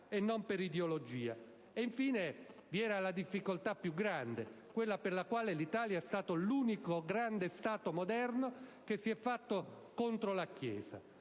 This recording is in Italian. e non per ideologia. Infine, ricordo la difficoltà maggiore, quella per la quale l'Italia è stato l'unico grande Stato moderno che si è costituito contro la Chiesa,